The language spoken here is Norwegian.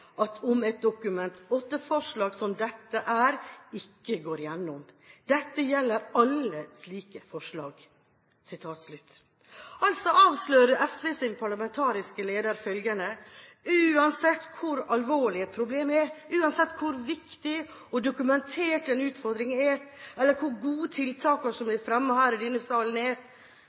jeg at et Dokument 8-forslag som dette er, ikke går gjennom. Det gjelder alle slike forslag.» Altså avslører SVs parlamentariske leder følgende: Uansett hvor alvorlig et problem er, uansett hvor viktig og dokumentert en utfordring er, eller hvor gode tiltakene som blir fremmet i denne salen, er,